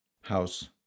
House